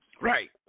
Right